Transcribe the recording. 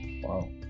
wow